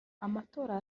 amatora